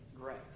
grace